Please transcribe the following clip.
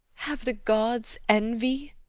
have the gods envy?